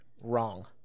wrong